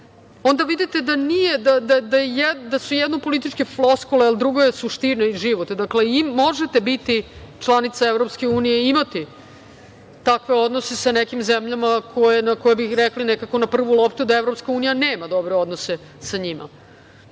onda vidite da su jedno političke floskule, a drugo je suština i život. Dakle, možete biti članica EU i imati takve odnose sa nekim zemljama za koje bi rekli na prvu loptu da EU nema dobre odnose sa njima.